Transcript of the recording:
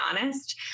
honest